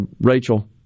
Rachel